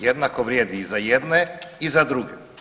Jednako vrijedi i za jedne i za druge.